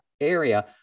area